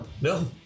No